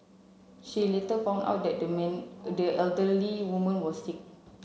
she later found out that the man the elderly woman was sick